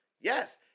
Yes